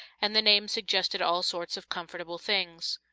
and the name suggested all sorts of comfortable things.